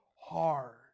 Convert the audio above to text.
hard